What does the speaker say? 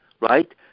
right